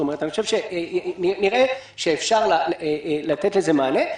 נראה שאפשר לתת לזה מענה.